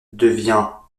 devient